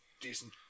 decent